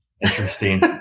interesting